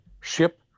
ship